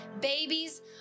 babies